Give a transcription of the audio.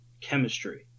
chemistry